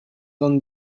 van